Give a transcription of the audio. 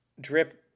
drip